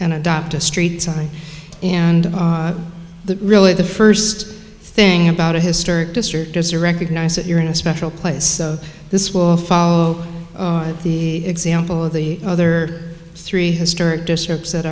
and adopt a street something and really the first thing about a historic district is to recognize that you're in a special place this will follow the example of the other three historic districts that